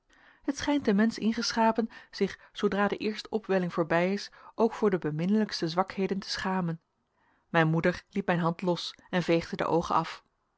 het schijnt den mensch ingeschapen zich zoodra de eerste opwelling voorbij is ook voor de beminnelijkste zwakheden te schamen mijn moeder liet mijn hand los en veegde de oogen af